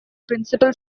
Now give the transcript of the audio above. principal